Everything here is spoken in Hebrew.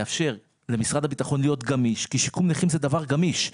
יאפשר למשרד הביטחון להיות גמיש כי שיקום נכים זה דבר גמיש.